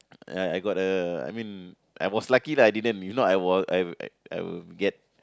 I I got the I mean I was lucky that I didn't if not I was I I I will get